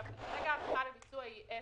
כרגע ההערכה לביצוע היא אפס.